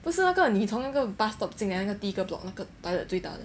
不是那个你从那个 bus stop 进来那个第一个 block 那个 toilet 最大的